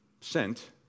sent